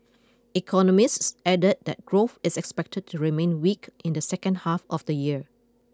economists added that growth is expected to remain weak in the second half of the year